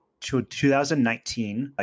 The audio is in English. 2019